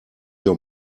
your